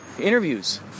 interviews